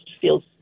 feels